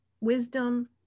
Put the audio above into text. wisdom